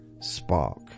spark